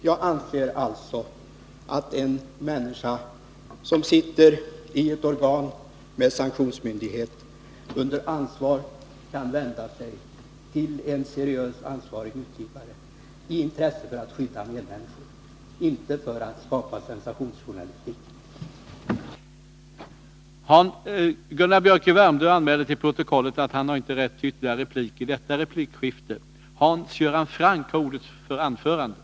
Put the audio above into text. Jag anser alltså att en människa som sitter i ett organ med sanktionsmyndighet, under ansvar kan vända sig till en seriös ansvarig utgivare i ett intresse att skydda medmänniskor, inte för att skapa sensationsjournalistik.